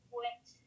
went